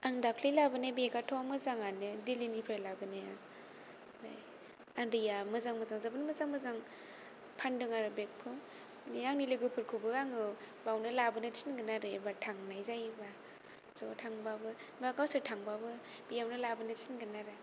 आं दाखालै लाबोनाय बेगाथ' मोजाङानो दिल्लिनिफ्राय लाबोनाया आदैया मोजां मोजां जोबोद मोजां मोजांं फानदों आरो बेगखौ बे आंनि लोगोफोरखौबो आङो बेयावनो लाबोनो थिनगोन आरो एबार थांनाय जायोबा ज थांबाबो बा गावसोर थांबाबो बेयावनो लाबोनो थिनगोन आरो